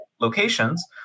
locations